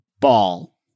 Ball